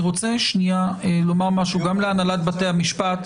אני רוצה לומר משהו להנהלת בתי המשפט,